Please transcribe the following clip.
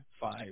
five